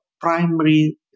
primary